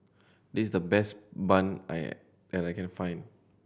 this is the best bun I I can find